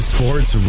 Sports